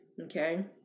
okay